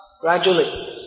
gradually